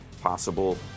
possible